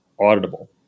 auditable